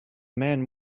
man